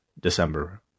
December